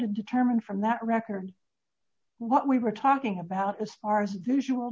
to determine from that record what we were talking about as far as visual